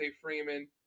Freeman